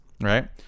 right